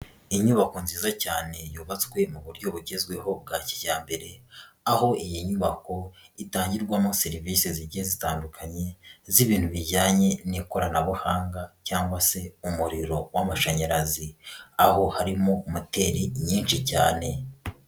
Inyubako nziza cyane yubatswe mu buryo bugezweho bwa kijyambere, aho iyi nyubako itangirwamo serivisi zigiye zitandukanye z'ibintu bijyanye n'ikoranabuhanga cyangwa se umuriro w'amashanyarazi. Aho harimo moteri nyinshi cyane.